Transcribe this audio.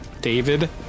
David